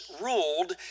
ruled